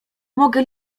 mogę